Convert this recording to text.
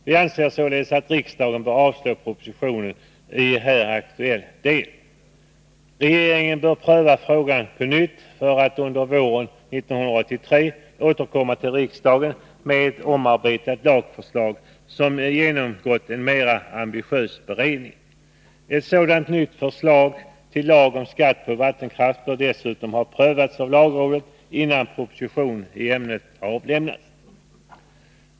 Vi anser således att riksdagen bör avslå propositionen i här aktuell del. Regeringen bör pröva frågan på nytt för att under våren 1983 återkomma till riksdagen med ett omarbetat lagförslag som genomgått en mer ambitiös beredning. Ett sådant nytt förslag till lagom skatt Nr 53 på vattenkraft bör dessutom ha prövats av lagrådet innan proposition i ämnet avlämnas.